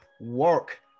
work